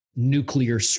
nuclear